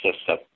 system